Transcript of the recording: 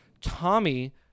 Tommy